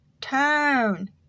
turn